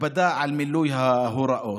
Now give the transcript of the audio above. הקפדה על מילוי ההוראות,